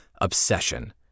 obsession